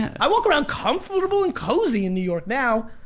i walk around comfortable and cozy in new york now,